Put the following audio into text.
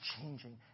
changing